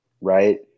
right